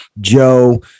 Joe